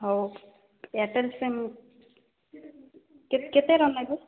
ହେଉ Airtel sim କେତେଟା ନେବେ